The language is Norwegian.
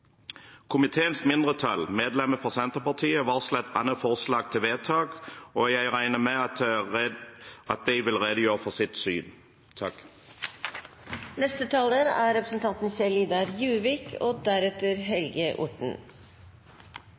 Komiteens mindretall, medlemmet fra Senterpartiet, har varslet et annet forslag til vedtak, og jeg regner med at Senterpartiet vil redegjøre for sitt syn. Ordningen med smarte overvåkingskamera, såkalt ANPR, er et etablert og viktig verktøy for å styrke overvåkingen på veg og